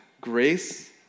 grace